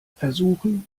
versuchen